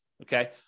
okay